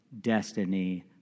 destiny